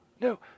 No